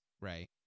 Right